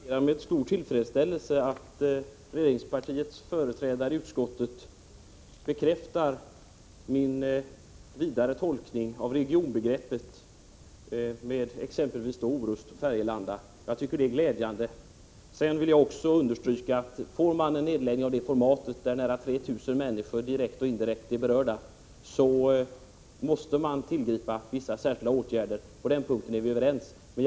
Herr talman! Låt mig bara med stor tillfredsställelse konstatera att regeringspartiets företrädare i utskottet bekräftar min vidare tolkning av regionbegreppet, inkluderande t.ex. Orust och Färgelanda. Det är glädjande. Jag vill också understryka att man när det är fråga om en nedläggning av sådant format när 3 000 människor direkt eller indirekt berörs måste vara beredd att tillgripa vissa särskilda åtgärder. På den punkten är vi överens. Herr talman!